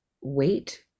wait